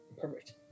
Perfect